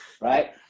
right